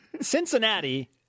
Cincinnati